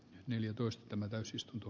neljätoista tämän täysistunto